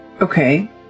Okay